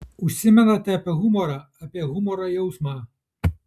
užsimenate apie humorą apie humoro jausmą